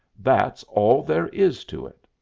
that's all there is to it.